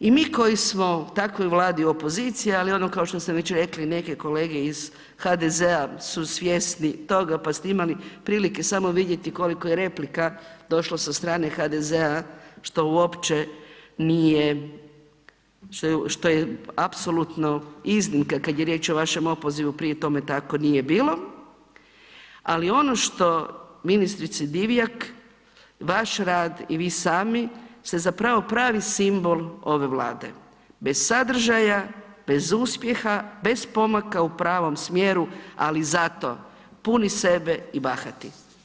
i mi koji smo u takvoj Vladi u opoziciji, ali ono kao što su već rekli neke kolege iz HDZ-a su svjesni toga, pa ste imali prilike samo vidjeti koliko je replika došlo sa strane HDZ-a što uopće nije, što je apsolutno iznimka kad je riječ o vašem opozivu, prije tome tako nije bilo, ali ono što ministrici Divjak, vaš rad i vi sami ste zapravo pravi simbol ove Vlade, bez sadržaja, bez uspjeha, bez pomaka u pravom smjeru, ali zato puni sebe i bahati.